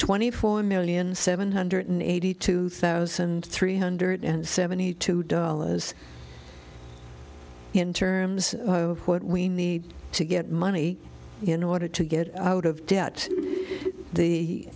twenty four million seven hundred eighty two thousand three hundred and seventy two dollars in terms of what we need to get money in order to get out of debt the